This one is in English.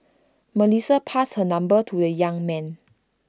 Melissa passed her number to the young man